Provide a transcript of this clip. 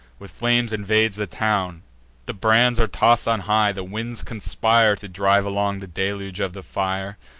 with flames invades the town the brands are toss'd on high the winds conspire to drive along the deluge of the fire.